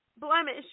blemish